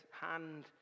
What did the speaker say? hand